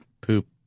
poop